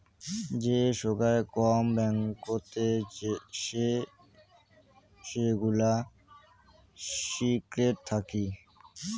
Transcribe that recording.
যে সোগায় কম ব্যাঙ্কতে সে সেগুলা সিক্রেট থাকি